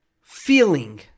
feeling